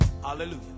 Hallelujah